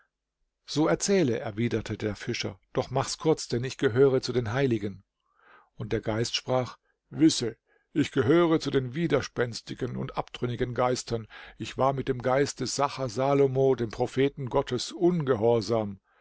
so erzähle erwiderte der fischer doch mach's kurz denn ich gehöre zu den heiligen und der geist sprach wisse ich gehöre zu den widerspenstigen und abtrünnigen geistern ich war mit dem geiste sacher salomo dem propheten gottes ungehorsam